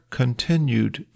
continued